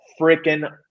freaking